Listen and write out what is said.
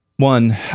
One